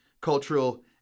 cultural